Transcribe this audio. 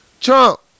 Trump